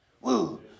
Woo